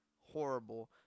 horrible